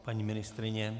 Paní ministryně?